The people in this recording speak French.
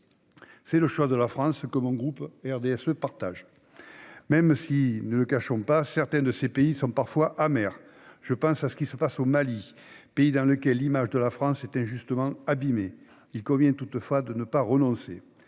C'est le choix de la France, que mon groupe partage. Cela dit, ne cachons pas que certains de ces choix sont parfois amers. Je pense à ce qui se passe au Mali, pays dans lequel l'image de la France est injustement abîmée. Il convient toutefois de ne pas renoncer.